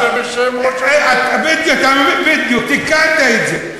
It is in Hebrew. אמרנו שזה בשם ראש, בדיוק, תיקנת את זה.